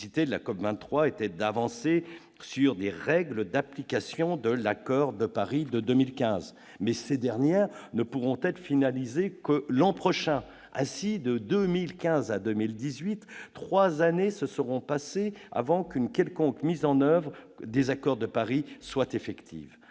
la spécificité de la COP23 était de progresser sur la définition de règles d'application de l'accord de Paris de 2015, mais ces dernières ne pourront être finalisées que l'an prochain. Ainsi, de 2015 à 2018, trois années se seront écoulées avant qu'une quelconque mise en oeuvre de l'accord de Paris soit effective.